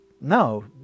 no